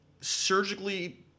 surgically